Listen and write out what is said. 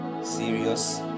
serious